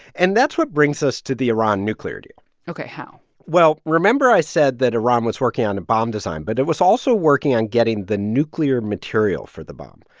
and that's what brings us to the iran nuclear deal ok. how? well, remember i said that iran was working on a bomb design. but it was also also working on getting the nuclear material for the bomb.